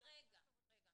בואו